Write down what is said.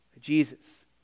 Jesus